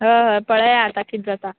हय हय पळया आतां किदें जाता